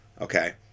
okay